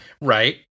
Right